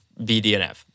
BDNF